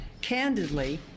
Candidly